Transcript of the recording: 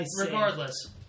regardless